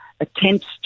attempts